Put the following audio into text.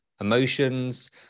emotions